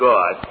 God